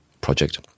project